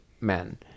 men